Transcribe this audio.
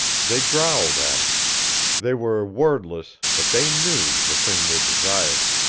they growled at him they were wordless, but they knew the thing they desired.